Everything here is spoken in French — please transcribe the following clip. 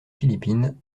philippines